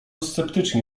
sceptyczni